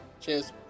cheers